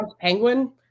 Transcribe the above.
Penguin